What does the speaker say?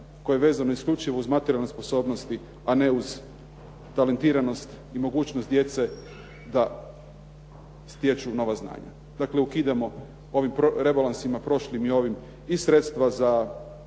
koje je vezano isključivo uz materijalne sposobnosti, a ne uz talentiranost i mogućnost djece da stječu nova znanja. Dakle ukidamo ovim rebalansima, prošlim i ovim, i sredstva za